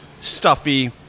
stuffy